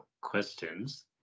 questions